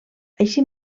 així